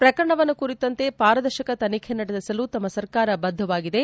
ಶ್ರಕರಣವನ್ನು ಕುರಿತಂತೆ ಪಾರದರ್ಶಕ ತನಿಖೆ ನಡೆಸಲು ತಮ್ಮ ಸರ್ಕಾರ ಬದ್ದವಾಗಿದೆ